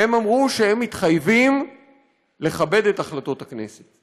הם אמרו שהם מתחייבים לכבד את החלטות הכנסת.